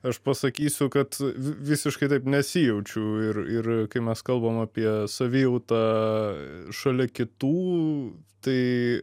aš pasakysiu kad visiškai taip nesijaučiau ir ir kai mes kalbam apie savijautą šalia kitų tai